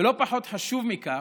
ולא פחות חשוב מזה,